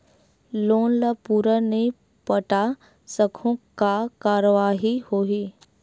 Loan ला पूरा नई पटा सकहुं का कारवाही होही?